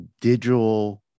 digital